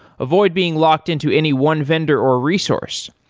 avoid being locked-in to any one vendor or resource.